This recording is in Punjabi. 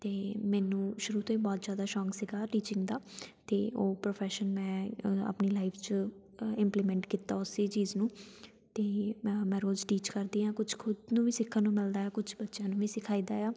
ਅਤੇ ਮੈਨੂੰ ਸ਼ੁਰੂ ਤੋਂ ਹੀ ਬਹੁਤ ਜ਼ਿਆਦਾ ਸ਼ੌਕ ਸੀਗਾ ਟੀਚਿੰਗ ਦਾ ਅਤੇ ਉਹ ਪ੍ਰੋਫੈਸ਼ਨ ਮੈਂ ਆਪਣੀ ਲਾਈਫ 'ਚ ਇੰਪਲੀਮੈਂਟ ਕੀਤਾ ਉਸੀ ਚੀਜ਼ ਨੂੰ ਅਤੇ ਮੈਂ ਮੈਂ ਰੋਜ਼ ਟੀਚ ਕਰਦੀ ਹਾਂ ਕੁਛ ਖੁਦ ਨੂੰ ਵੀ ਸਿੱਖਣ ਨੂੰ ਮਿਲਦਾ ਹੈ ਕੁਛ ਬੱਚਿਆਂ ਨੂੰ ਵੀ ਸਿਖਾਈਦਾ ਆ